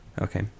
Okay